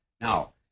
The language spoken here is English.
Now